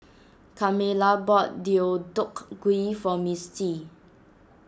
Carmella bought Deodeok Gui for Mistie